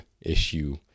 issue